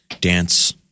Dance